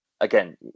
again